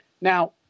Now